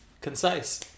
concise